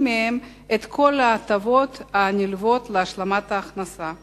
מהם את כל ההטבות הנלוות להשלמת ההכנסה,